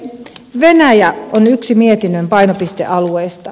venäjä on yksi mietinnön painopistealueista